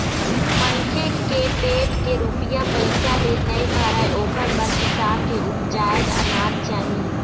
मनखे के पेट के रूपिया पइसा ले नइ भरय ओखर बर किसान के उपजाए अनाज चाही